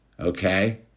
Okay